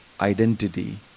identity